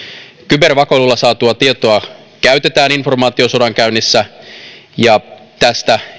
kybervakoilulla saatua tietoa käytetään informaatiosodankäynnissä ja tästä